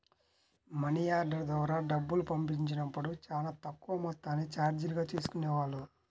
money order ద్వారా డబ్బులు పంపించినప్పుడు చానా తక్కువ మొత్తాన్ని చార్జీలుగా తీసుకునేవాళ్ళు